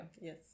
Yes